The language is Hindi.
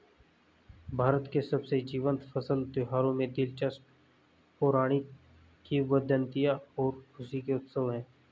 भारत के सबसे जीवंत फसल त्योहारों में दिलचस्प पौराणिक किंवदंतियां और खुशी के उत्सव है